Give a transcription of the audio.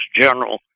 general